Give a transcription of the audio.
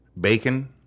bacon